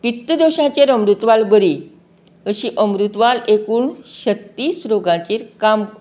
पित्तदोशाचेर अमृत्वाल बरी अशीं अमृत्वा एकूण छत्तीस रोगांचेर काम